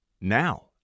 now